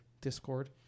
Discord